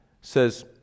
says